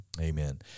Amen